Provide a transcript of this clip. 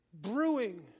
brewing